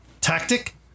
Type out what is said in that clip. tactic